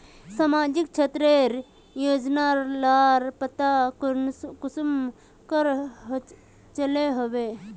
सामाजिक क्षेत्र रेर योजना लार पता कुंसम करे चलो होबे?